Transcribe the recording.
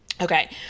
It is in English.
Okay